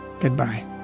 goodbye